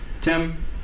Tim